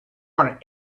have